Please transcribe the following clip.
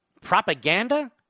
propaganda